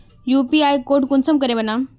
UPI code कुंसम करे बनाम?